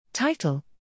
Title